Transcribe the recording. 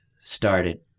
started